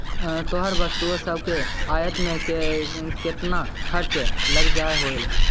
तोहर वस्तु सब के आयात में केतना खर्चा लग जा होतो?